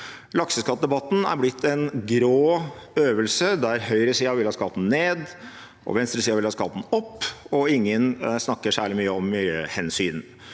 Lakseskattdebatten er blitt en grå øvelse der høyresiden vil ha skatten ned og venstresiden vil ha skatten opp. Ingen snakker særlig mye om miljøhensyn,